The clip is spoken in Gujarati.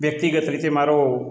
વ્યક્તિગત રીતે મારો